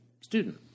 student